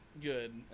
good